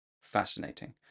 fascinating